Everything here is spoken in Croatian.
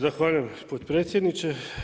Zahvaljujem potpredsjedniče.